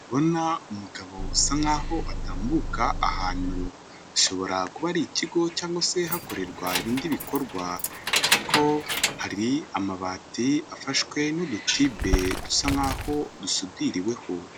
Ndabona umugabo usa nk'aho atambuka ahantu ashobora kuba ari ikigo cyangwa se hakorerwa ibindi bikorwa ariko hari amabati afashwe n'udutibe dusa nk'aho dusubiririweho.